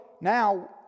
now